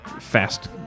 fast